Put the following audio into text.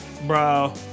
Bro